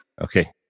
Okay